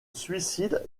suicide